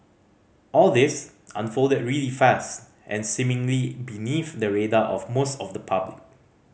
all this unfolded really fast and seemingly beneath the radar of most of the public